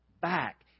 back